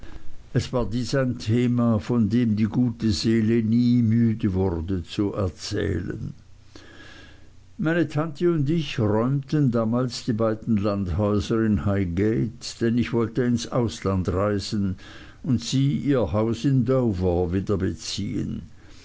es war dies ein thema von dem die gute seele nie müde wurde zu erzählen meine tante und ich räumten damals die beiden landhäuser in highgate denn ich wollte ins ausland reisen und sie ihr haus in dover wieder beziehen